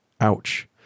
Ouch